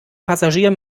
passagier